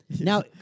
Now